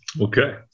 Okay